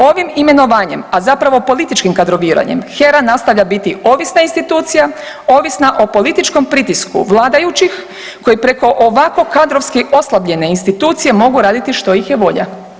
Ovim imenovanjem, a zapravo političkim kadroviranjem HERA nastavlja biti ovisna institucija, ovisna o političkom pritisku vladajućih koji preko ovako kadrovski oslabljene institucije mogu raditi što ih je volja.